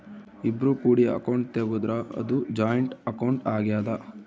ಇಬ್ರು ಕೂಡಿ ಅಕೌಂಟ್ ತೆಗುದ್ರ ಅದು ಜಾಯಿಂಟ್ ಅಕೌಂಟ್ ಆಗ್ಯಾದ